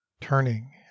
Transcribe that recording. turning